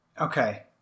Okay